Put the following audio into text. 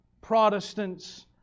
Protestants